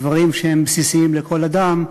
הדברים שהם בסיסיים לכל אדם.